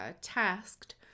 tasked